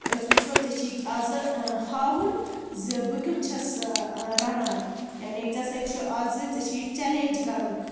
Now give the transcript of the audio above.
أسۍ وٕچھو ژےٚ چھُے آز ہاوُن زِ بہٕ کیُتھ چھَس رَنان یعنی ژےٚ سۭتۍ چھُ آزٕ ژےٚ چھُے یہِ چیلینج یہِ کَرُن